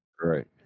right